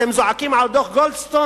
אתם זועקים על דוח גולדסטון?